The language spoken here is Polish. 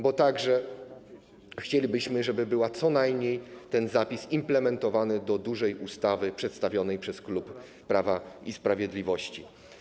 Bo także chcielibyśmy, żeby był co najmniej ten zapis implementowany do dużej ustawy przedstawionej przez klub Prawa i Sprawiedliwości.